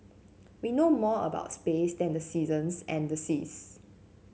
we know more about space than the seasons and the seas